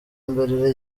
mbere